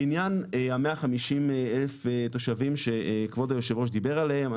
לעניין ה-150,000 תושבים שכבוד היושב ראש דיבר עליהם,